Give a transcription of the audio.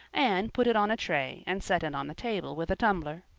anne put it on a tray and set it on the table with a tumbler.